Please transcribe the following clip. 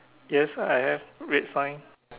yes I have red sign